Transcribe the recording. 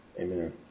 Amen